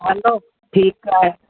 हलो ठीकु आहे